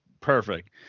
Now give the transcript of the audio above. perfect